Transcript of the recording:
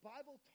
Bible